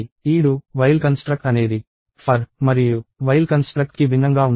ఈ do while construct అనేది for మరియు while కన్స్ట్రక్ట్ కి భిన్నంగా ఉంటుంది